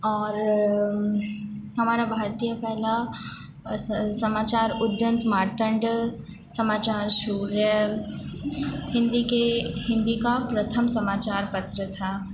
और हमारा भारतीय पहला समाचार उदंत मार्तंड समाचार सूर्य हिंदी के हिंदी का प्रथम समाचार पत्र था